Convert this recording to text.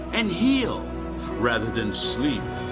and heel rather than sleep,